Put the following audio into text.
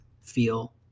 feel